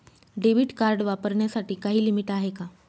Debit card वापरण्यासाठी काही limit आहे का?